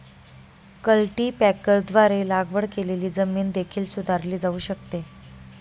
कल्टीपॅकरद्वारे लागवड केलेली जमीन देखील सुधारली जाऊ शकते